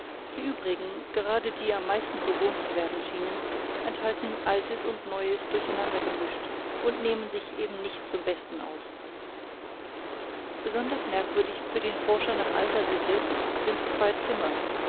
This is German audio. die übrigen gerade die am meisten bewohnt zu werden schienen enthalten altes und neues durcheinandergemischt und nehmen sich eben nicht zum besten aus besonders merkwürdig für den forscher nach alter sitte sind zwei zimmer